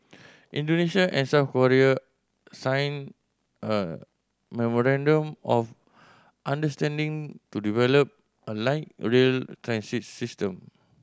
Indonesia and South Korea signed a memorandum of understanding to develop a light rail transit system